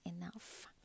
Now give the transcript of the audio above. enough